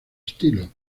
estilo